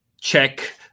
check